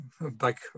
back